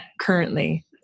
currently